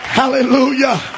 Hallelujah